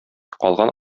калган